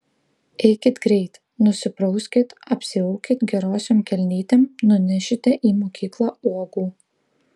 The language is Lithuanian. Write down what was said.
eikit greit nusiprauskit apsiaukit gerosiom kelnytėm nunešite į mokyklą uogų